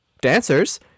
dancers